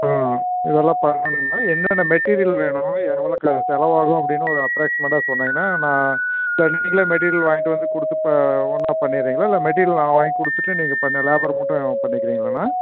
ம் இதெல்லாம் பண்ணணுங்கனா என்னென மெட்டீரியல் வேணும் எவ்வளோ செலவாகும் அப்படின்னு ஒரு அப்ராக்சிமெட்டாக சொன்னிங்கன்னா நான் இல்லை நீங்களே மெட்டீரியல் வாங்கிட்டு வந்து கொடுத்து ஒன்னாக பண்ணிறிங்களா இல்லை மெட்டீரியல் நாங்கள் வாங்கி கொடுத்துட்டு நீங்கள் லேபர் மட்டும் பண்ணிக்கிறிங்ளாகனா